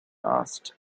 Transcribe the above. asked